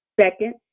Second